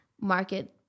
market